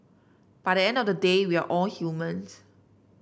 but the end of the day we're all humans